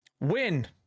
win